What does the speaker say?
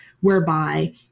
whereby